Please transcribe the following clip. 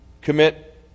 commit